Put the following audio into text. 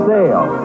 Sale